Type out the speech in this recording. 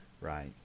right